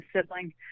sibling